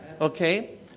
Okay